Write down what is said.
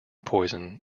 poison